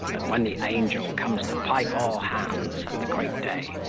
that, when the angel comes to pipe all hands, at the great day,